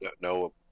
no